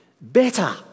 better